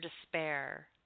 despair